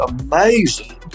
amazing